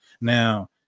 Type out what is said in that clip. Now